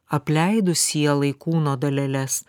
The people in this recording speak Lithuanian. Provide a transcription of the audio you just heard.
apleidus sielai kūno daleles